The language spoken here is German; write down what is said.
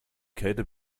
kälte